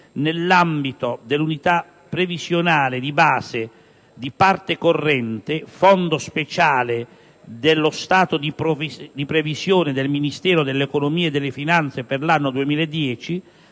nell'ambito dell'unità previsionale di base di parte corrente "Fondo speciale" dello stato di previsione del Ministero dell'economia e delle finanze per l'anno 2010,